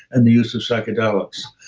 and the use of psychedelics.